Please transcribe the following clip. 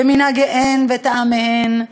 במנהגיהן וטעמיהן,